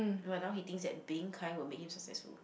but now he thinks that being kind will make him successful